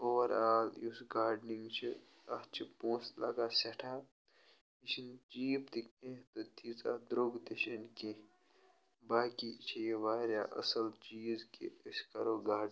اُوَر آل یُس گاڑِنِنٛگ چھِ اَتھ چھِ پۄنٛسہٕ لَگان سٮ۪ٹھاہ یہِ چھَنہٕ چیٖپ تہِ کیٚنٛہہ تہِ تیٖژاہ درٛوٚگ تہِ چھَنہٕ کیٚنٛہہ باقٕے چھِ یہِ واریاہ اصٕل چیٖز کہِ أسۍ کَرو گاڑِنِنٛگ